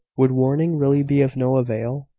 would warning really be of no avail?